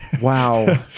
wow